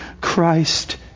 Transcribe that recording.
Christ